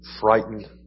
frightened